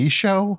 show